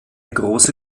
große